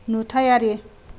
नुथायारि